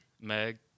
Meg